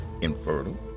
infertile